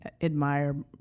admire